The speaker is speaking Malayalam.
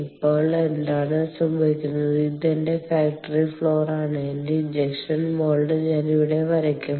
ഇപ്പോൾ എന്താണ് സംഭവിക്കുന്നത് ഇത് എന്റെ ഫാക്ടറി ഫ്ലോർ ആണ് എന്റെ ഇഞ്ചക്ഷൻ മൌൾഡ് ഞാൻ ഇവിടെ വരയ്ക്കും